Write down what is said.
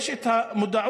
יש את המודעות.